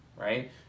right